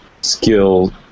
skill